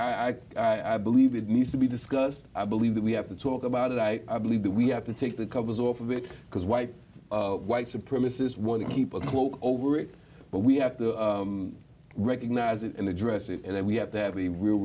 i i i believe it needs to be discussed i believe that we have to talk about it i believe that we have to take the covers off of it because white white supremacist want people to gloat over it but we have to recognize it and address it and then we have to have a real